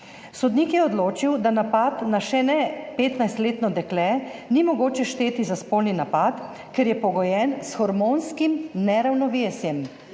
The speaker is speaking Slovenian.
Sodnik je odločil, da napada na še ne 15-letno dekle ni mogoče šteti za spolni napad, ker je pogojen s hormonskim neravnovesjem.